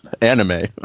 anime